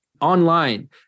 online